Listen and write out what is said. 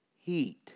heat